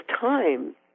time